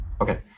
Okay